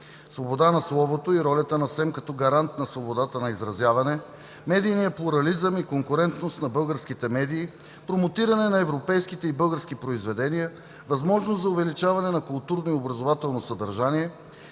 Съвета за електронни медии като гарант на свободата на изразяване; медийният плурализъм и конкурентност на българските медии; промотиране на европейски и български произведения; възможност за увеличаване на културно и образователно съдържание.